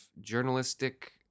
journalistic